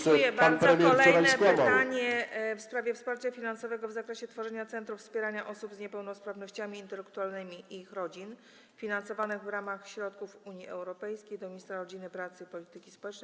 Kolejne pytanie, w sprawie wsparcia finansowego w zakresie tworzenia centrów wspierania osób z niepełnosprawnościami intelektualnymi i ich rodzin współfinansowanych w ramach środków Unii Europejskiej - do ministra rodziny, pracy i polityki społecznej.